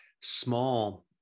small